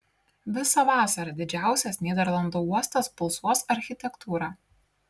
visą vasarą didžiausias nyderlandų uostas pulsuos architektūra